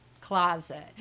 closet